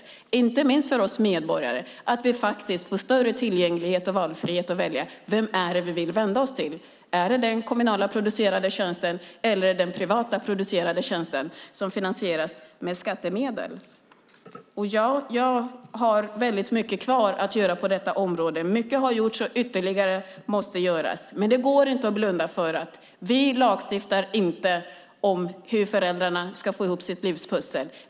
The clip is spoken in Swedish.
Och inte minst får vi medborgare större tillgänglighet och möjlighet att välja vem vi vill vända oss till, den kommunalt producerade tjänsten eller den privat producerade. Båda finansieras med skattemedel. Jag har mycket kvar att göra på detta område. Mycket har gjorts och mer måste göras. Det går dock inte att blunda för att vi inte lagstiftar hur föräldrarna ska få ihop sitt livspussel.